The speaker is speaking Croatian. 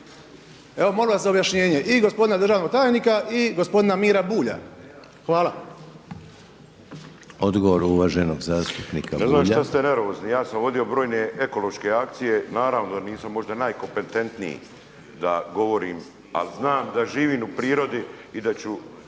Evo molim vas za objašnjenje i gospodina državnog tajnika i gospodina Mira Bulja. Hvala. **Reiner, Željko (HDZ)** Odgovor uvaženog zastupnika Bulja. **Bulj, Miro (MOST)** Ne znam šta ste nervozni, ja sam vodio brojne ekološke akcije, naravno da nisam možda najkompetentniji da govorim, ali znam da živim u prirodi i da ću